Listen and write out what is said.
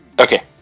okay